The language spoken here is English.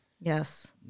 yes